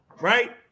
Right